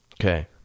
Okay